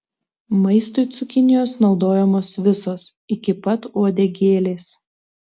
maistui cukinijos naudojamos visos iki pat uodegėlės